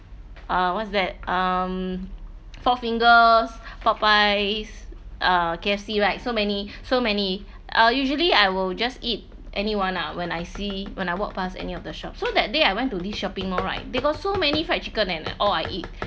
uh what's that um Four Fingers Popeye's uh K_F_C right so many so many uh usually I will just eat any one ah when I see when I walk past any of the shops so that day I went to this shopping mall right they got so many fried chicken and all I eat